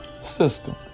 system